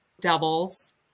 doubles